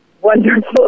wonderful